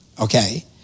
Okay